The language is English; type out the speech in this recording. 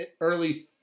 early